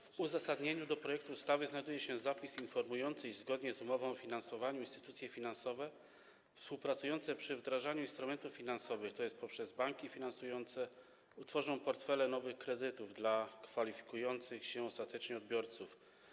W uzasadnieniu projektu ustawy znajduje się zapis informujący, iż zgodnie z umową o finansowaniu instytucje finansowe współpracujące przy wdrażaniu instrumentów finansowych, tj. poprzez banki finansujące, utworzą portfele nowych kredytów dla kwalifikujących się ostatecznych odbiorców.